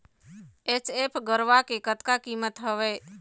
HF गरवा के कतका कीमत हवए?